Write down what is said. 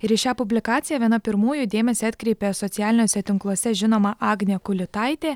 ir į šią publikaciją viena pirmųjų dėmesį atkreipė socialiniuose tinkluose žinoma agnė kulitaitė